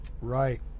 right